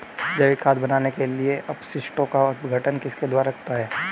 जैविक खाद बनाने के लिए अपशिष्टों का अपघटन किसके द्वारा होता है?